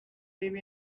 live